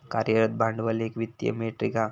कार्यरत भांडवल एक वित्तीय मेट्रीक हा